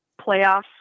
playoffs